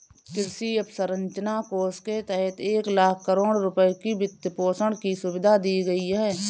कृषि अवसंरचना कोष के तहत एक लाख करोड़ रुपए की वित्तपोषण की सुविधा दी गई है